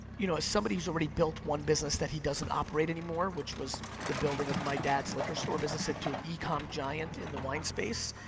you know, as somebody who's already built one business that he doesn't operate anymore, which was the building of my dad's liquor store business into an e-comm giant in the wine space.